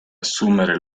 assumere